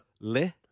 Le